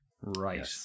Right